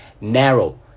narrow